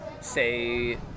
say